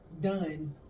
Done